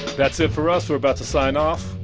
that's it for us. we're about to sign off.